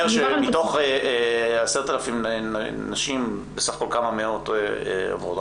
שמתוך 10,000 נשים בסך הכל כמה מאות עוברות.